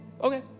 okay